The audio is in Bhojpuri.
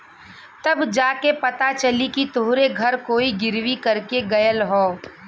तब जा के पता चली कि तोहरे घर कोई गिर्वी कर के गयल हौ